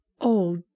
Oh